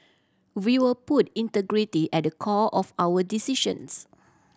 we will put integrity at the core of our decisions